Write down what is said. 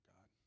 God